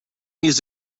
needs